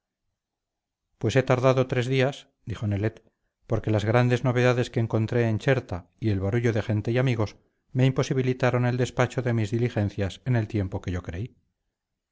pues he tardado tres días dijo nelet porque las grandes novedades que encontré en cherta y el barullo de gente y amigos me imposibilitaron el despacho de mis diligencias en el tiempo que yo creí